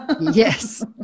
Yes